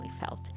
felt